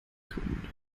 gründe